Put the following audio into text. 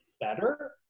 better